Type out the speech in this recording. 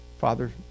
Father